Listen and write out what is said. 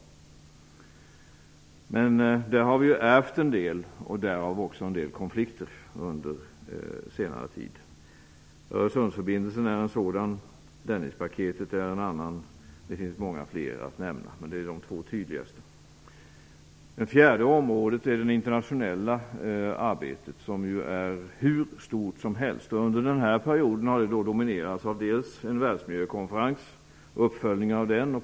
På det området har vi emellertid ärvt en del, och där har det också funnits en del konflikter under senare tid. Öresundsförbindelsen är en sådan, Dennispaketet är en annan. Det finns många fler att nämna, men dessa är de två tydligaste. Det fjärde området är det internationella arbetet, som ju är hur stort som helst. Under den här perioden har det dominerats av dels en världsmiljökonferens och uppföljningen av den.